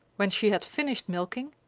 when she had finished milking,